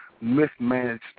mismanaged